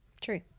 True